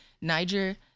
Niger